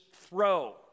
throw